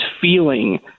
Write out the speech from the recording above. feeling